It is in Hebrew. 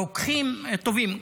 רוקחים טובים.